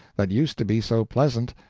that used to be so pleasant,